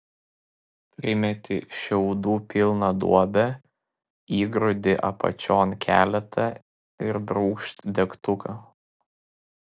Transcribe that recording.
primeti šiaudų pilną duobę įgrūdi apačion keletą ir brūkšt degtuką